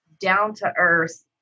down-to-earth